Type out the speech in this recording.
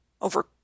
over